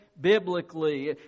biblically